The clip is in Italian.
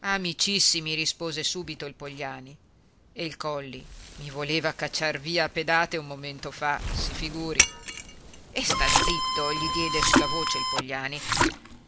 amicissimi rispose subito il pogliani e il olli i voleva cacciar via a pedate un momento fa si figuri e sta zitto gli diede su la voce il pogliani